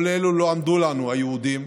כל אלו לא עמדו לנו, היהודים,